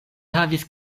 havis